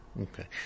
Okay